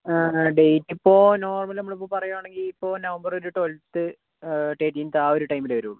date normal നമ്മളിപ്പോൾ പറയുവാണെങ്കിൽ ഇപ്പം നവംബർ ഒരു ട്വൽത് ഡേറ്റ് ആ ഒരു ടൈമിലേ വരുള്ളൂ